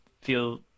feel